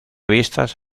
vistas